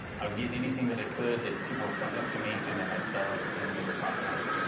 i was getting anything that i could that people were fronting it to me and then i'd sell it and make a profit on it.